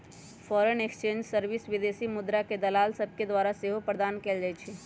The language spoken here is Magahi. फॉरेन एक्सचेंज सर्विस विदेशी मुद्राके दलाल सभके द्वारा सेहो प्रदान कएल जाइ छइ